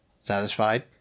satisfied